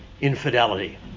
infidelity